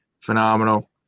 Phenomenal